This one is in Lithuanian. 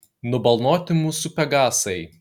nubalnoti mūsų pegasai